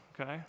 okay